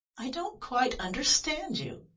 i don't quite understand you.